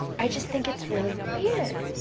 i just think it's really weird